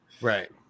Right